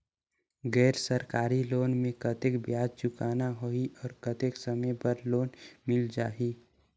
गैर सरकारी लोन मे कतेक ब्याज चुकाना होही और कतेक समय बर लोन मिल जाहि?